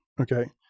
Okay